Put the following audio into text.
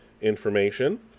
information